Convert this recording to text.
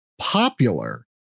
popular